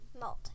Malt